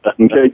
Okay